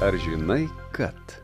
ar žinai kad